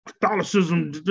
Catholicism